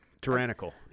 tyrannical